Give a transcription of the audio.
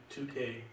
2K